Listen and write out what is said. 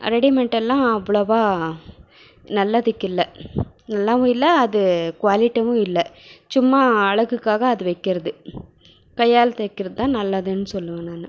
readymade எல்லாம் அவ்ளோவாக நல்லதுக்கில்லை நல்லாவும் இல்லை அது குவாலிட்டிவும் இல்லை சும்மா அழகுக்காக அது வைக்கிறது கையால் தைக்கிறதான் நல்லதுன்னு சொல்லுவேன் நான்